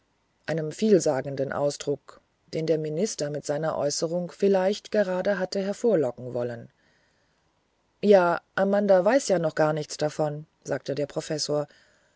einem vielsagenden ausdruck den der minister mit seiner äußerung vielleicht gerade hatte hervorlocken wollen ja amanda weiß ja noch gar nichts davon sagte der professor